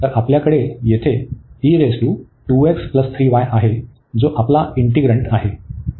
तर आपल्याकडे येथे आहे जो आपला इंटीग्रन्ट आहे